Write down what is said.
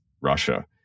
Russia